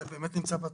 זה בתוספת.